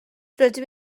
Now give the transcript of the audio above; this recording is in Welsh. rydw